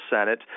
Senate